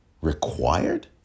required